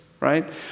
right